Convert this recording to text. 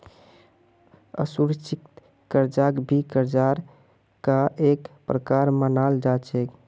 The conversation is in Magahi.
असुरिक्षित कर्जाक भी कर्जार का एक प्रकार मनाल जा छे